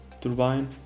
turbine